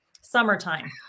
summertime